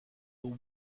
who